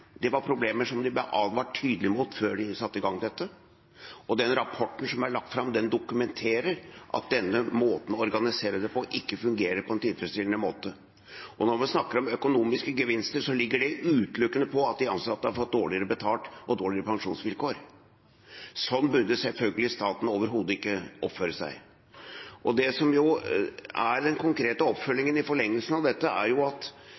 Det var problemer som de ble advart tydelig mot før de satte i gang dette. Og den rapporten som er lagt fram, dokumenterer at denne måten å organisere det på, ikke fungerer på en tilfredsstillende måte. Når vi snakker om økonomiske gevinster, ligger det i det utelukkende at de ansatte har fått dårligere betalt og dårligere pensjonsvilkår. Sånn burde selvfølgelig staten overhodet ikke oppføre seg. Den konkrete oppfølgingen i forlengelsen av dette, er at vi nå ser at